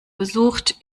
besucht